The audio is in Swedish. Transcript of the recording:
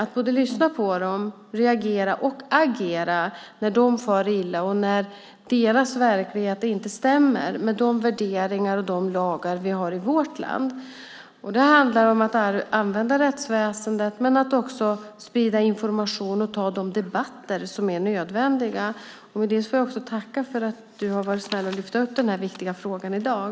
Vi måste lyssna på dem, reagera och agera när de far illa och när deras verklighet inte stämmer med de värderingar och lagar vi har i vårt land. Det handlar om att använda vårt rättsväsen men också om att sprida information och delta i de debatter som är nödvändiga. Med det får jag tacka dig, Amineh Kakabaveh, för att du har varit snäll att lyfta upp denna viktiga fråga i dag.